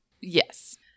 Yes